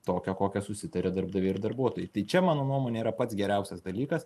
tokią kokią susitaria darbdaviai ir darbuotojai tai čia mano nuomone yra pats geriausias dalykas